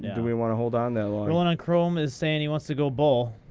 do we want to hold on that long? rollingonchrome is saying he wants to go bull.